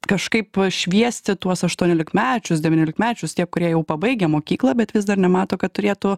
kažkaip šviesti tuos aštuoniolikmečius devyniolikmečius tie kurie jau pabaigę mokyklą bet vis dar nemato kad turėtų